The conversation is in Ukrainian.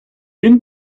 він